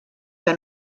que